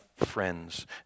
friends